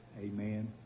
Amen